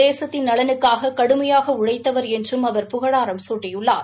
தேசத்தின் நலனுக்காக கடுமையாக உழைத்தவர் என்றும் அவர் புகழாரம் சூட்டியுள்ளார்